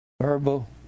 Verbal